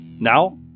Now